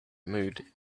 mood